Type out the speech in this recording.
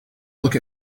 look